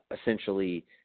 essentially –